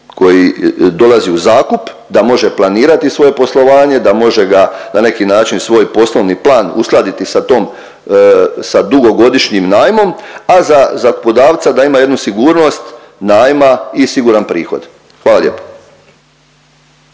koji dolazi u zakup, da može planirati svoje poslovanje, da može ga na neki način svoj poslovni plan uskladiti sa tom, sa dugogodišnjim najmom, a za zakupodavca da ima jednu sigurnost najma i siguran prihod. Hvala lijepo.